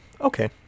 okay